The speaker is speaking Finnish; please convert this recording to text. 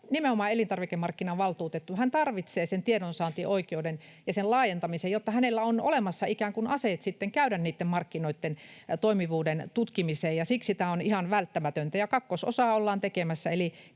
nimenomaan elintarvikemarkkinavaltuutettu tarvitsee tiedonsaantioikeuden ja sen laajentamisen, jotta hänellä on olemassa ikään kuin aseet käydä niitten markkinoitten toimivuuden tutkimiseen. Siksi tämä on ihan välttämätöntä. Kakkososaa ollaan tekemässä.